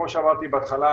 כמו שאמרתי בהתחלה,